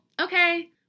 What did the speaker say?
Okay